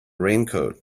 raincoat